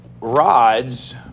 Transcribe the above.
rods